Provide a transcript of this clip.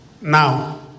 Now